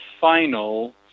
final